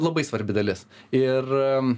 labai svarbi dalis ir